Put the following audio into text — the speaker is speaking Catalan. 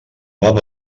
baba